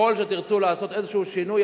ככל שתרצו לעשות איזה שינוי,